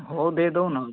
ହଉ ଦେଇ ଦେଉନ